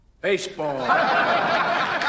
Baseball